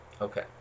Okay